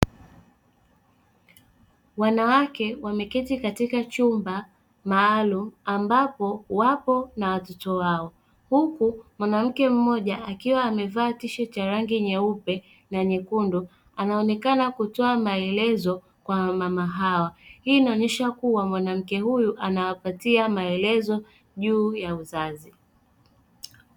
Wanawake wameketi katika chumba maalumu ambapo wapo na watoto wao, huku mwanamke mmoja akiwa amevaa tisheti ya rangi nyeupe na nyekundu anaonekana kutoa maelezo kwa wamama hao. Hii inaonyesha kuwa mwanamke huyu anawapatia maelezo juu ya uzazi.